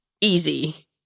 easy